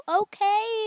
okay